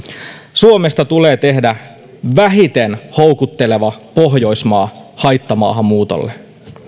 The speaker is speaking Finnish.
suomesta tulee tehdä vähiten houkutteleva pohjoismaa haittamaahanmuutolle